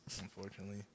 unfortunately